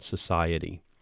society